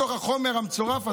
מתוך החומר המצורף הזה,